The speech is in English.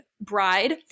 bride